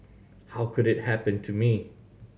how could it happen to me